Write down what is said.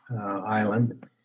island